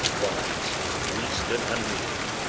whilst we stood unmoving.